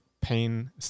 pain